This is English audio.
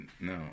No